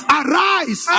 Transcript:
arise